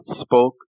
spoke